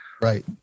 Right